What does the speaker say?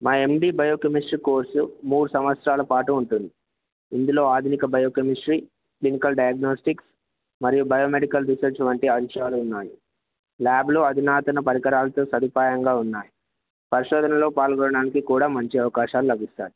మా MD biochemistry course మూడు సంవత్సరాల పాటు ఉంటుంది ఇందులో ఆధునిక బయోకెమిస్ట్రీ క్లినికల్ డయాగ్నోస్టిక్స్ మరియు బయోమెడికల్ రిసెర్చ్ వంటి అంశలు ఉన్నాయి ల్యాబ్లో అధనాతన పరికరాలతో సదుపాయంగా ఉన్నాయి పరిశోధనలో పాల్గొడానికి కూడా మంచి అవకాశాలు లభిస్తాయి